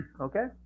Okay